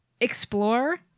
explore